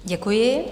Děkuji.